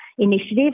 Initiatives